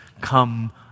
come